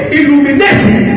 illumination